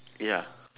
ya